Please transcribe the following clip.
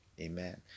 Amen